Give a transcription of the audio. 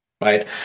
right